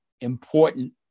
important